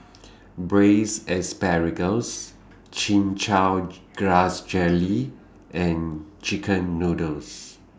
Braised Asparagus Chin Chow Grass Jelly and Chicken Noodles